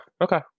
Okay